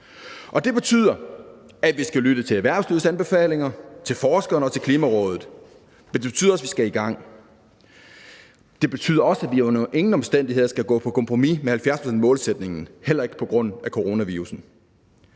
det betyder, at vi skal lytte til erhvervslivets anbefalinger, til forskerne og til Klimarådet, men det betyder også, at vi skal i gang. Det betyder også, at vi under ingen omstændigheder skal gå på kompromis med 70-procentsmålsætningen, heller ikke på grund af coronavirussen.